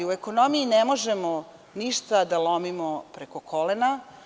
U ekonomiji ne možemo ništa da lomimo preko kolena.